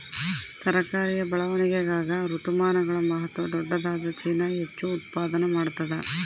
ತರಕಾರಿಯ ಬೆಳವಣಿಗಾಗ ಋತುಮಾನಗಳ ಮಹತ್ವ ದೊಡ್ಡದಾದ ಚೀನಾ ಹೆಚ್ಚು ಉತ್ಪಾದನಾ ಮಾಡ್ತದ